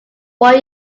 one